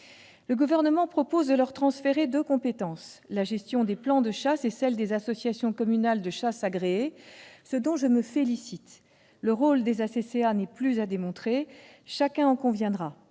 Le Gouvernement propose de leur transférer deux compétences : la gestion des plans de chasse et celle des ACCA, ce dont je me félicite. Le rôle des ACCA n'est plus à démontrer, chacun en conviendra.